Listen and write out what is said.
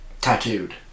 Tattooed